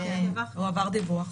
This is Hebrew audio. הועבר דיווח.